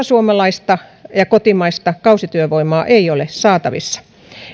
suomalaista ja kotimaista kausityövoimaa ei ole saatavissa